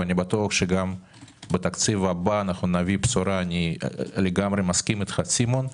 ואני בטוח שגם בתקציב הבא נביא בשורה אני מסכים איתך סימון,